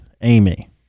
Amy